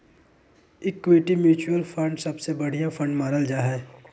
equity mutual fund सबसे बढ़िया fund मानल जा हय